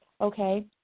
okay